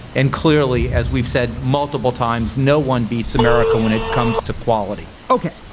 and clearly, as we've said multiple times, no one beats america when it comes to quality ok.